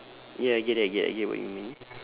ya I get it I get I get what you mean